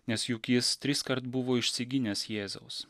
nes juk jis triskart buvo išsigynęs jėzaus